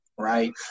right